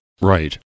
Right